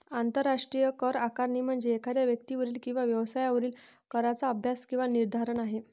आंतरराष्ट्रीय करआकारणी म्हणजे एखाद्या व्यक्तीवरील किंवा व्यवसायावरील कराचा अभ्यास किंवा निर्धारण आहे